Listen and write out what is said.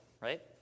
right